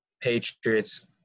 Patriots